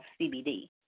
CBD